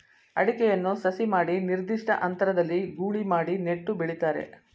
ಅಡಿಕೆಯನ್ನು ಸಸಿ ಮಾಡಿ ನಿರ್ದಿಷ್ಟ ಅಂತರದಲ್ಲಿ ಗೂಳಿ ಮಾಡಿ ನೆಟ್ಟು ಬೆಳಿತಾರೆ